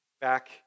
back